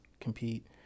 compete